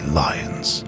lions